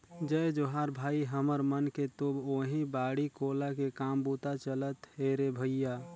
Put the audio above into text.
जय जोहार भाई, हमर मन के तो ओहीं बाड़ी कोला के काम बूता चलत हे रे भइया